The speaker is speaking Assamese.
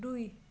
দুই